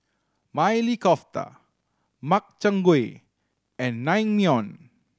Maili Kofta Makchang Gui and Naengmyeon